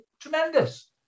Tremendous